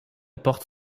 porte